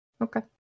Okay